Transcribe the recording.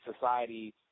society